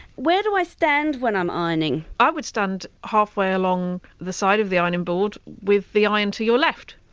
where do i stand when i'm ironing? williamsi ah would stand halfway along the side of the ironing board with the iron to your left.